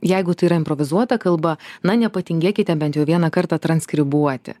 jeigu tai yra improvizuota kalba na nepatingėkite bent jau vieną kartą transkribuoti